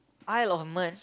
isle of men